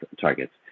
targets